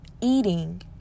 eating